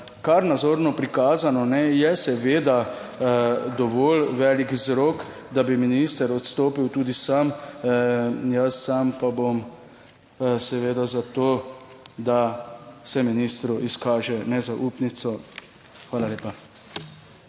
kar nazorno prikazano, je seveda dovolj velik vzrok, da bi minister odstopil tudi sam. Jaz sam pa bom seveda za to, da se ministru izkaže nezaupnico. Hvala lepa.